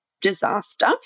disaster